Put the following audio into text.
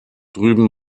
drüben